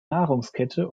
nahrungskette